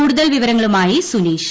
കൂടുതൽവിവരങ്ങളുമായിിസുനീഷ്